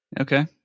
Okay